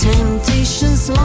Temptations